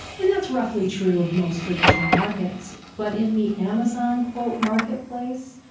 and that's roughly true of most traditional markets. but in the amazon quote marketplace,